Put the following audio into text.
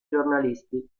giornalisti